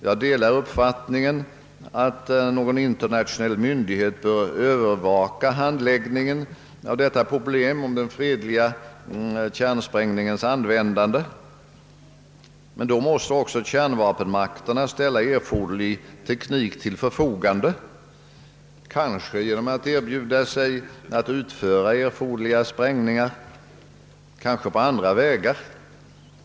Jag delar uppfattningen att någon internationell myndighet bör övervaka handläggningen av frågan om de fredliga kärnsprängningarna. Men då måste också kärnvapenmakterna ställa erforderlig teknik till förfogande, kanske genom att erbjuda sig att utföra erforderliga sprängningar och kanske även på andra vägar.